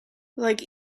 like